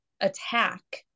attack